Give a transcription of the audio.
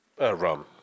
Rum